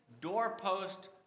doorpost